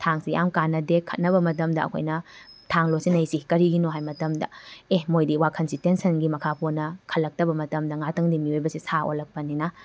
ꯊꯥꯡꯁꯦ ꯌꯥꯝ ꯀꯥꯟꯅꯗꯦ ꯈꯠꯅꯕ ꯃꯇꯝꯗ ꯑꯩꯈꯣꯏꯅ ꯊꯥꯡ ꯂꯣꯠꯁꯟꯅꯩꯁꯤ ꯀꯔꯤꯒꯤꯅꯣ ꯍꯥꯏꯕ ꯃꯇꯝꯗ ꯑꯦ ꯃꯣꯏꯗꯤ ꯋꯥꯈꯟꯁꯤ ꯇꯦꯟꯁꯟꯒꯤ ꯃꯈꯥ ꯄꯣꯟꯅ ꯈꯜꯂꯛꯇꯕ ꯃꯇꯝꯗ ꯉꯥꯛꯇꯪꯗꯤ ꯃꯤꯑꯣꯏꯕꯁꯦ ꯁꯥ ꯑꯣꯜꯂꯛꯄꯅꯤꯅ